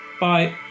Bye